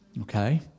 Okay